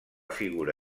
figura